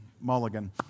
Mulligan